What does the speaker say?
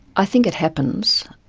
i think it happens.